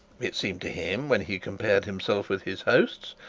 it seemed to him, when he compared himself with his host,